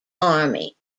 army